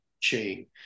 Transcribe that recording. chain